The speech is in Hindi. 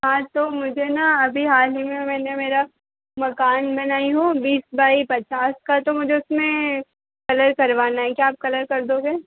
हाँ तो मुझे न अभी हाल ही में मैंने मेरा मकान बनाई हूँ बीस बाईस पचास का तो मुझे उसमें कलर करवाना है क्या आप कलर कर दोगे